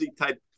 type